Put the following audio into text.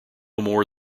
more